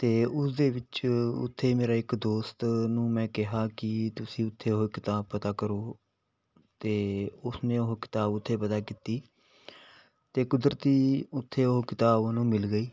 ਅਤੇ ਉਸਦੇ ਵਿੱਚ ਉੱਥੇ ਮੇਰਾ ਇੱਕ ਦੋਸਤ ਨੂੰ ਮੈਂ ਕਿਹਾ ਕਿ ਤੁਸੀਂ ਉੱਥੇ ਉਹ ਕਿਤਾਬ ਪਤਾ ਕਰੋ ਅਤੇ ਉਸਨੇ ਉਹ ਕਿਤਾਬ ਉੱਥੇ ਪਤਾ ਕੀਤੀ ਅਤੇ ਕੁਦਰਤੀ ਉੱਥੇ ਉਹ ਕਿਤਾਬ ਉਹਨੂੰ ਮਿਲ ਗਈ